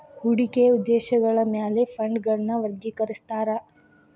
ಹೂಡಿಕೆಯ ಉದ್ದೇಶಗಳ ಮ್ಯಾಲೆ ಫಂಡ್ಗಳನ್ನ ವರ್ಗಿಕರಿಸ್ತಾರಾ